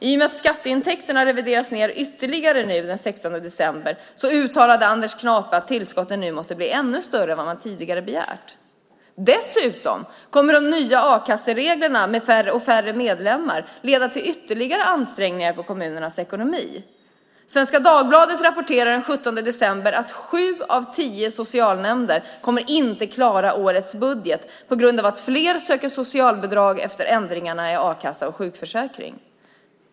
I och med att skatteintäkterna reviderades ned ytterligare den 16 december uttalade Anders Knape att tillskotten nu måste bli ännu större än vad man tidigare begärt. Dessutom kommer de nya reglerna och det lägre antalet medlemmar i a-kassan att leda till ytterligare ansträngningar i kommunernas ekonomi. Svenska Dagbladet rapporterade den 17 december att sju av tio socialnämnder inte kommer att klara årets budget eftersom fler söker socialbidrag efter ändringarna i a-kassa och sjukförsäkring.